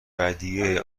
ودیعه